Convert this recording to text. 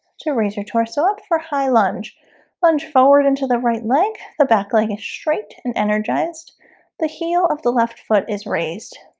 to raise your torso up for high lunge lunge forward into the right leg the back leg is straight and energized the heel of the left foot is raised